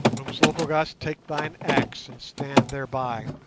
umslopogaas, take thine axe and stand thereby.